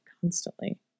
constantly